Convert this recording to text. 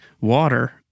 water